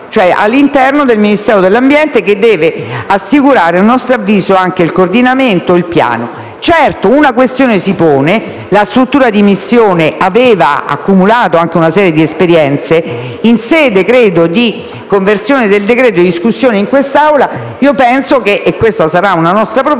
cioè all'interno del Ministero dell'ambiente, che deve assicurare, a nostro avviso, anche il coordinamento e il piano. Certo, si pone una questione. La struttura di missione ha accumulato anche una serie di esperienze. In sede di conversione del decreto-legge e di discussione in quest'Aula, presenteremo una nostra proposta